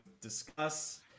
discuss